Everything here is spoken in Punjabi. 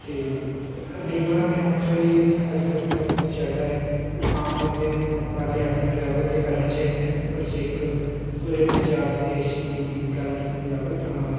ਅਤੇ ਲੀਡਰਾਂ ਦੇ ਹੱਥ ਹੀ ਅੱਜ ਕੱਲ੍ਹ ਸਭ ਕੁਝ ਚੱਲਦਾ ਹੈ ਆਮ ਬੰਦਿਆਂ ਨੂੰ ਉਪਰਾਲੇ ਆਪਣੇ ਲੈਵਲ 'ਤੇ ਕਰਨੇ ਚਾਹੀਦੇ ਹਨ ਪਰ ਜੇ ਇੱਕ ਪੂਰੇ ਪੰਜਾਬ ਦੇਸ਼ ਦੀ ਗੱਲ ਕੀਤੀ ਜਾਵੇ ਤਾਂ